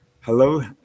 hello